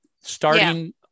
starting